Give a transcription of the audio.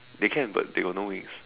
they can but they got no wings